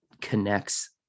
connects